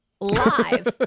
live